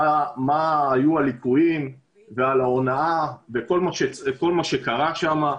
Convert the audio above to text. מה היו הליקויים, על ההונאה וכל מה שקרה שם.